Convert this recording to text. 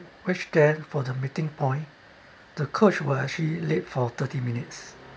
reached there for the meeting point the coach was actually late for thirty minutes